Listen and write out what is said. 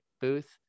booth